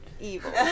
Evil